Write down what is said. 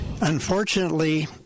Unfortunately